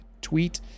tweet